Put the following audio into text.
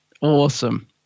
Awesome